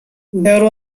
there